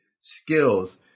skills